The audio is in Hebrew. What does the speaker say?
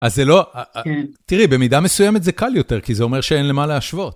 אז זה לא... תראי, במידה מסוימת זה קל יותר, כי זה אומר שאין למה להשוות.